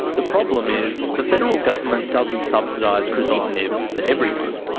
the problem is the federal government doesn't subsidise crizotonib for everyone.